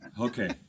Okay